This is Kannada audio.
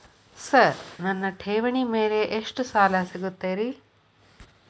ಸರ್ ನನ್ನ ಠೇವಣಿ ಮೇಲೆ ಎಷ್ಟು ಸಾಲ ಸಿಗುತ್ತೆ ರೇ?